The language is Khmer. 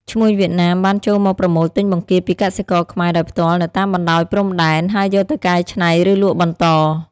ឈ្មួញវៀតណាមបានចូលមកប្រមូលទិញបង្គាពីកសិករខ្មែរដោយផ្ទាល់នៅតាមបណ្តោយព្រំដែន ហើយយកទៅកែច្នៃ ឬលក់បន្ត។